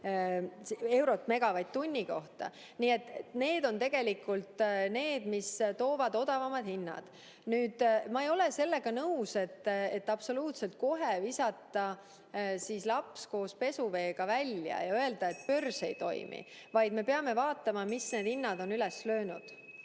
eurot megavatt-tunni kohta. Nii et need on tegelikult lahendused, mis toovad odavamad hinnad. Ma ei ole sellega nõus, et absoluutselt kohe visata laps koos pesuveega välja ja öelda, et börs ei toimi. Me peame vaatama, mis on hinnad üles löönud.